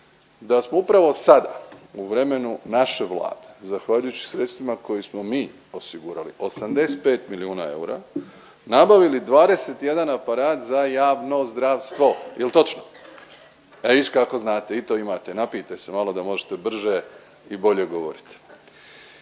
da smo upravo sada u vremenu naše Vlade zahvaljujući sredstvima koje smo mi osigurali 85 milijuna eura, nabavili 21 aparat za javno zdravstvo, jel točno? Evo vidiš kako znate i to imate, napijte se malo da možete brže i bolje odgovorit.